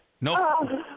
No